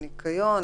את הניקיון,